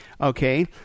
Okay